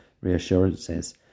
reassurances